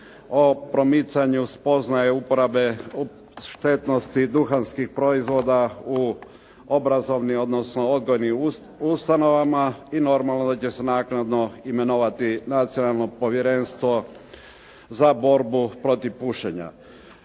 o promicanju spoznaje uporabe štetnosti duhanskih proizvoda u obrazovnim, odnosno odgojnim ustanovama i normalno da će se naknadno imenovati Nacionalno povjerenstvo za borbu protiv pušenja.